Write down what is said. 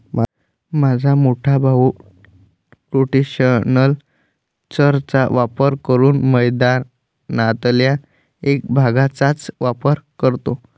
माझा मोठा भाऊ रोटेशनल चर चा वापर करून मैदानातल्या एक भागचाच वापर करतो